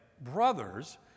brothers